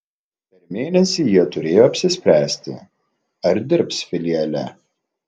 per mėnesį jie turėjo apsispręsti ar dirbs filiale